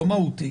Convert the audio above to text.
לא מהותי.